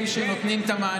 בכל מקום ומקום.